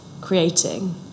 creating